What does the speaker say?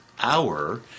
hour